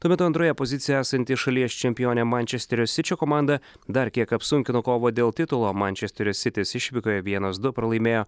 tuo metu antroje pozicijoje esanti šalies čempionę mančesterio sičio komanda dar kiek apsunkino kovą dėl titulo mančesterio sitis išvykoje vienas du pralaimėjo